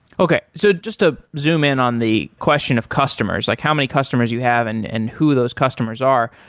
okay. so just to zoom in on the question of customers, like how many customers you have and and who those customers are.